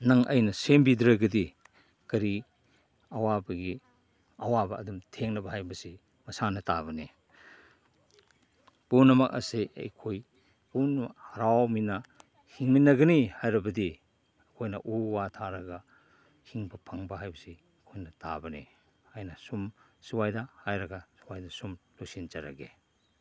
ꯅꯪ ꯑꯩꯅ ꯁꯦꯝꯕꯤꯗ꯭ꯔꯒꯗꯤ ꯀꯔꯤ ꯑꯋꯥꯕꯒꯤ ꯑꯋꯥ ꯑꯗꯨꯝ ꯊꯦꯡꯅꯕ ꯍꯥꯏꯕꯁꯤ ꯃꯁꯥꯅ ꯇꯥꯕꯅꯤ ꯄꯨꯝꯅꯃꯛ ꯑꯁꯦ ꯑꯩꯈꯣꯏ ꯄꯨꯝꯅꯃꯛ ꯍꯔꯥꯎꯃꯤꯟꯅ ꯍꯤꯡꯃꯤꯟꯅꯒꯅꯤ ꯍꯥꯏꯔꯕꯗꯤ ꯑꯩꯈꯣꯏꯅ ꯎ ꯋꯥ ꯊꯥꯔꯒ ꯍꯤꯡꯕ ꯐꯪꯕ ꯍꯥꯏꯕꯁꯤ ꯑꯩꯈꯣꯏꯅ ꯇꯥꯕꯅꯤ ꯍꯥꯏꯅ ꯁꯨꯝ ꯁꯨꯋꯥꯏꯗ ꯍꯥꯏꯔꯒ ꯁꯨꯋꯥꯏꯗ ꯁꯨꯝ ꯂꯣꯏꯁꯤꯟꯖꯔꯒꯦ